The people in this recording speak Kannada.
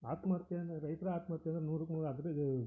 ಆತ್ಮಹತ್ಯೆ ಅಂದ್ರೆ ರೈತರ ಆತ್ಮಹತ್ಯೆ ಅಂದರೆ ನೂರಕ್ಕೆ ನೂರು ಅದ್ರದ್ದು